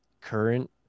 current